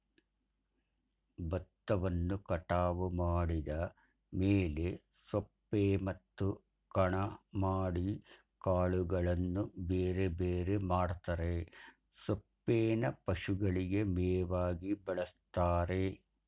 ಬತ್ತವನ್ನು ಕಟಾವು ಮಾಡಿದ ಮೇಲೆ ಸೊಪ್ಪೆ ಮತ್ತು ಕಣ ಮಾಡಿ ಕಾಳುಗಳನ್ನು ಬೇರೆಬೇರೆ ಮಾಡ್ತರೆ ಸೊಪ್ಪೇನ ಪಶುಗಳಿಗೆ ಮೇವಾಗಿ ಬಳಸ್ತಾರೆ